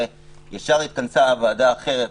ישר התכנסה ועדה אחרת,